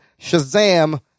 Shazam